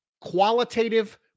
qualitative